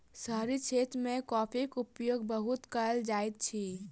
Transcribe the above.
शहरी क्षेत्र मे कॉफ़ीक उपयोग बहुत कयल जाइत अछि